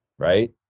Right